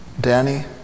Danny